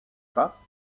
pas